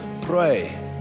pray